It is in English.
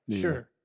Sure